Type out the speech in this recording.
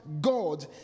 God